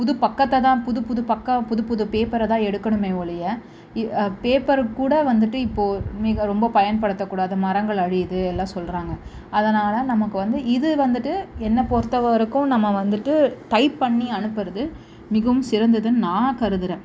புதுப் பக்கத்தை தான் புதுப் புது பக்கம் புதுப் புது பேப்பரை தான் எடுக்கணுமே ஒழிய இவ் பேப்பருக்கு கூட வந்துட்டு இப்போது நீங்கள் ரொம்ப பயன்படுத்தக்கூடாது மரங்கள் அழியுது எல்லாம் சொல்கிறாங்க அதனால் நமக்கு வந்து இது வந்துட்டு என்னை பொறுத்த வரைக்கும் நம்ம வந்துட்டு டைப் பண்ணி அனுப்புகிறது மிகவும் சிறந்தது நான் கருதுகிறேன்